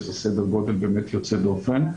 שזה סדר גודל באמת יוצא דופן,